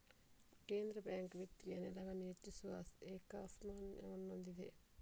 ಕೇಂದ್ರ ಬ್ಯಾಂಕ್ ವಿತ್ತೀಯ ನೆಲೆಯನ್ನು ಹೆಚ್ಚಿಸುವ ಏಕಸ್ವಾಮ್ಯವನ್ನು ಹೊಂದಿದೆ